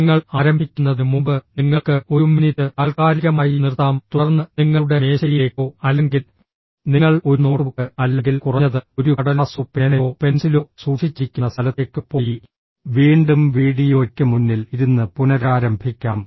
ഞങ്ങൾ ആരംഭിക്കുന്നതിന് മുമ്പ് നിങ്ങൾക്ക് ഒരു മിനിറ്റ് താൽക്കാലികമായി നിർത്താം തുടർന്ന് നിങ്ങളുടെ മേശയിലേക്കോ അല്ലെങ്കിൽ നിങ്ങൾ ഒരു നോട്ട്ബുക്ക് അല്ലെങ്കിൽ കുറഞ്ഞത് ഒരു കടലാസോ പേനയോ പെൻസിലോ സൂക്ഷിച്ചിരിക്കുന്ന സ്ഥലത്തേക്കോ പോയി വീണ്ടും വീഡിയോയ്ക്ക് മുന്നിൽ ഇരുന്ന് പുനരാരംഭിക്കാം